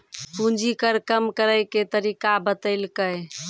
पूंजी कर कम करैय के तरीका बतैलकै